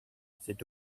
c’est